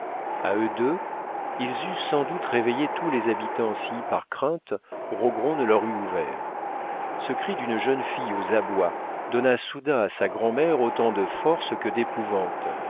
a eux deux ils eussent sans doute réveillé tous les habitants si par crainte rogron ne leur eût ouvert ce cri d'une jeune fille aux abois donna soudain à sa grand'mère autant de force que d'épouvante